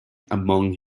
among